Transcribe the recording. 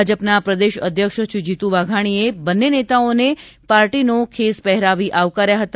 ભાજપના પ્રદેશ અધ્યક્ષ શ્રી જીતુ વાઘાણીએ બંને નેતાઓને પાર્ટીનો ખેસ પહેરાવી આવકાર્યા હતા